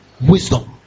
Wisdom